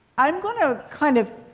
i'm going to kind of